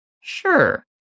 Sure